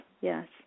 yes